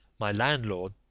my landlord,